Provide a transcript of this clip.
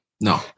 no